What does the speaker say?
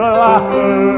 laughter